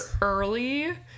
early